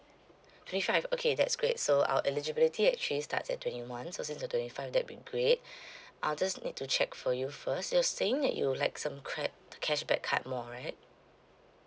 twenty five okay that's great so our eligibility actually starts at twenty one so since the twenty five that'll be great I'll just need to check for you first you're saying that you like some cred~ cashback card more right